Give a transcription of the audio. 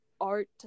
art